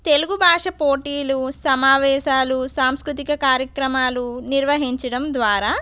తెలుగు భాష పోటీలు సమావేశాలు సాంస్కృతిక కార్యక్రమాలు నిర్వహించడం ద్వారా